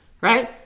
right